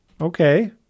Okay